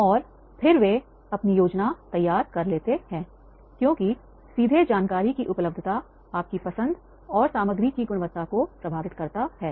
और फिर वे आपकी योजना तैयार कर लेते है क्योंकि सीधे जानकारी की उपलब्धताआपकी पसंद और सामग्री की गुणवत्ता को प्रभावित करता है